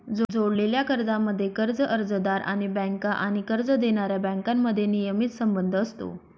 जोडलेल्या कर्जांमध्ये, कर्ज अर्जदार आणि बँका आणि कर्ज देणाऱ्या बँकांमध्ये नियमित संबंध असतो